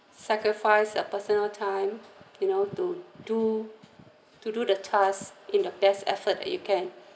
sacrifice a personal time you know to do to do the task in the best effort that you can